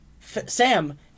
Sam